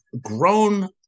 grown